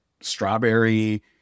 strawberry